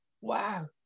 wow